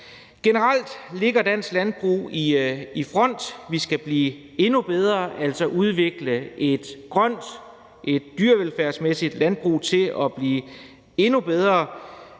Generelt ligger dansk landbrug i front. Vi skal blive endnu bedre, altså udvikle et grønt landbrug til at blive endnu